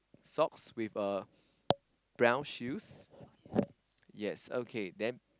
socks with uh brown shoes yes okay then